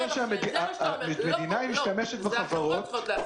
אני אומר שהמדינה משתמשת בחברות הנסיעות.